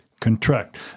contract